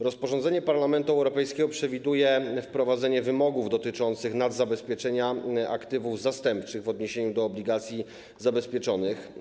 Rozporządzenie Parlamentu Europejskiego przewiduje wprowadzenie wymogów dotyczących nadzabezpieczenia aktywów zastępczych w odniesieniu do obligacji zabezpieczonych.